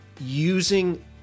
using